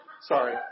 Sorry